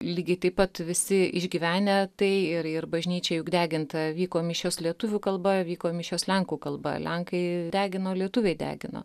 lygiai taip pat visi išgyvenę tai ir ir bažnyčia juk deginta vyko mišios lietuvių kalba vyko mišios lenkų kalba lenkai degino lietuviai degino